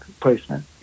placement